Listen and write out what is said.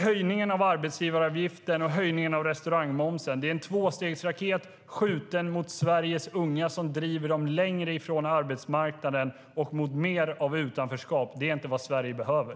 Höjningen av arbetsgivaravgiften och höjningen av restaurangmomsen är en tvåstegsraket, skjuten mot Sveriges unga, som driver dem längre från arbetsmarknaden och mot mer av utanförskap. Det är inte vad Sverige behöver.